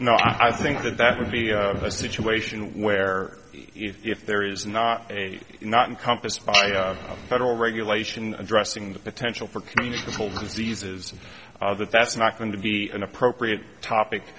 no i think that that would be a situation where if there is not a not encompass federal regulation addressing the potential for communicable diseases and that that's not going to be an appropriate topic